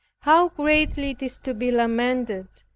how greatly it is to be lamented,